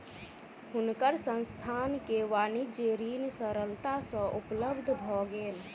हुनकर संस्थान के वाणिज्य ऋण सरलता सँ उपलब्ध भ गेल